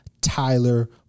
Tyler